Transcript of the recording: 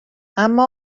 اما